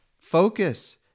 focus